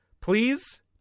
Please